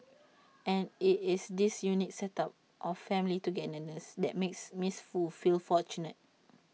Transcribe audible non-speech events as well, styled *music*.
*noise* and IT is this unique set up of family togetherness that makes miss Foo feel fortunate